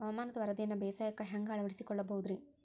ಹವಾಮಾನದ ವರದಿಯನ್ನ ಬೇಸಾಯಕ್ಕ ಹ್ಯಾಂಗ ಅಳವಡಿಸಿಕೊಳ್ಳಬಹುದು ರೇ?